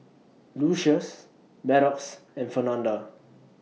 Lucious Maddox and Fernanda